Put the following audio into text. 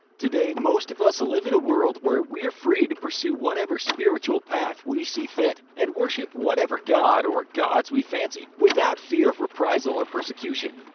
today most of us live in a world where we are free to pursue whatever spiritual path we see fit, and worship whatever god or gods we fancy, without fear of reprisal or persecution.